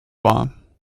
wahr